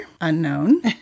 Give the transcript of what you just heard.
Unknown